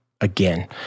again